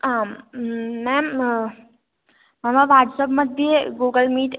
आम् मेम् मम वाट्सप्मध्ये गूगल् मीट्